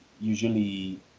usually